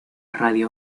radio